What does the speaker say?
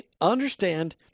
Understand